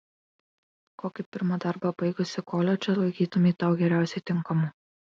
kokį pirmą darbą baigusi koledžą laikytumei tau geriausiai tinkamu